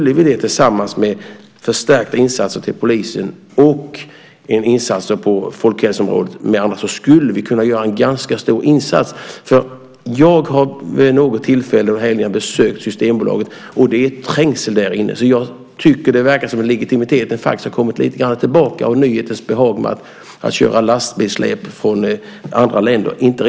Detta tillsammans med förstärkta insatser till polisen och insatser på folkhälsoområdet skulle kunna innebära en ganska stor insats. Jag har vid några tillfällen besökt Systembolaget under helger. Det är trängsel därinne. Det verkar som om legitimiteten har kommit tillbaka och att det inte riktigt är nyhetens behag längre att köra lastbilssläp från andra länder.